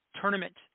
tournament